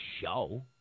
show